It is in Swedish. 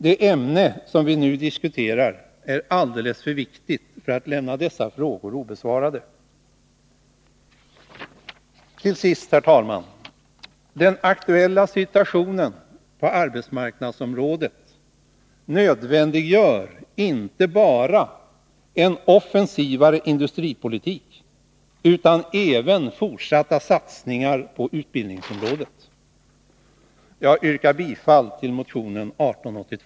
Det ämne som vi nu diskuterar är alldeles för viktigt för att man skall lämna dessa frågor obesvarade. Till sist, herr talman: Den aktuella situationen på arbetsmarknadsområdet nödvändiggör inte bara en offensivare industripolitik utan även fortsatta satsningar på utbildningsområdet.